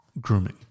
grooming